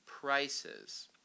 Prices